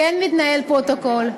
מתנהל פרוטוקול.